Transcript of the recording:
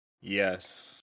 Yes